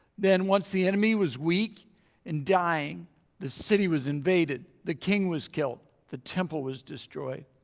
then once the enemy was weak and dying the city was invaded. the king was killed. the temple was destroyed.